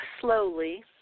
slowly